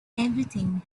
everything